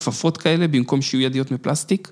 ‫כפפות כאלה במקום ‫שיהיו ידיות מפלסטיק.